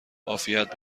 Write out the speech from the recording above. عافیت